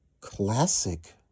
classic